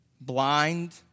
blind